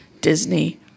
disney